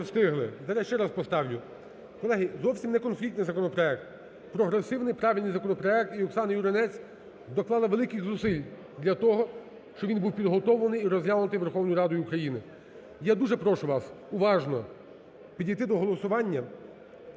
Не встигли. Зараз я ще раз поставлю. Колеги, зовсім неконфліктний законопроект, прогресивний і правильний законопроект, і Оксана Юринець доклала великих зусиль для того, щоб він був підготовлений і розглянутий Верховною Радою України. Я дуже прошу вас уважно підійти до голосування